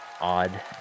odd